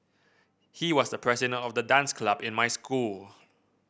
he was the president of the dance club in my school